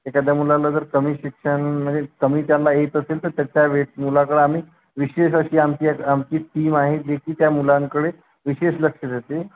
एखाद्या मुलाला जर कमी शिक्षण म्हणजे कमी त्यांना येत असेल तर त्या त्यावेळेस मुलाकडे आम्ही विशेष अशी आमची आमची टीम आहे जी की त्या मुलांकडे विशेष लक्ष देते